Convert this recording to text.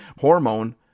hormone